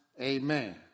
Amen